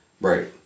Right